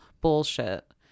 Bullshit